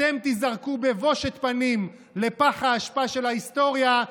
אתם תיזרקו בבושת פנים לפח האשפה של ההיסטוריה,